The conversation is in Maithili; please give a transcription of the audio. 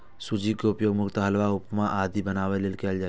सूजी के उपयोग मुख्यतः हलवा, उपमा आदि बनाबै लेल कैल जाइ छै